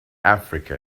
africa